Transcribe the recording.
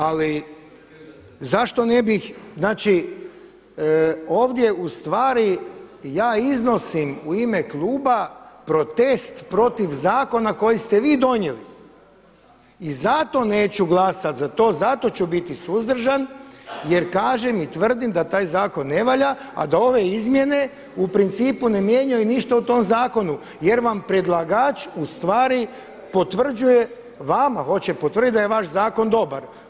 Ali zašto ne bih, znači ovdje u stvari ja iznosim u ime kluba protest protiv zakona koji ste vi donijeli i zato neću glasat za to, zato ću biti suzdržan jer kažem i tvrdim da taj zakon ne valja, a da ove izmjene u principu ne mijenjaju ništa u tom zakonu jer vam predlagač u stvari potvrđuje, vama hoće potvrdit da je vaš zakon dobar.